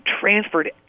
transferred